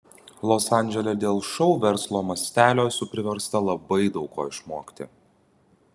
los andžele dėl šou verslo mastelio esu priversta labai daug ko išmokti